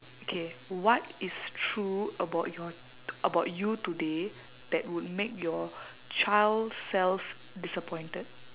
okay what is true about your about you today that would make your child self disappointed